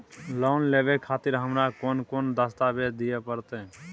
Loan लेवे खातिर हमरा कोन कौन दस्तावेज दिय परतै?